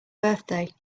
birthday